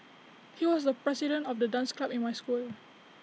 he was the president of the dance club in my school